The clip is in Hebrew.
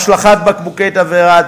השלכת בקבוקי תבערה,